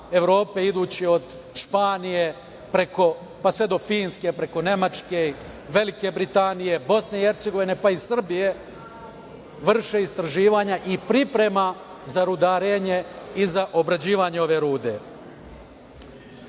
Evrope, idući od Španije, pa sve do Finske preko Nemačke, Velike Britanije, BiH, pa i Srbije vrše istraživanja i priprema za rudarenje i za obrađivanje ove